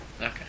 Okay